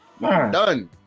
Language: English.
done